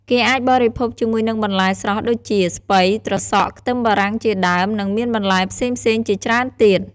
គេអាចបរិភោគជាមួយនឹងបន្លែស្រស់ដូចជាស្ពៃ ត្រសក់ ខ្ទឹមបារាំងជាដើម និងមានបន្លែផ្សេងៗជាច្រើនទៀត។